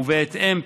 ובהתאם,